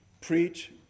preach